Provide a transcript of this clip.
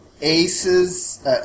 aces